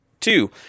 two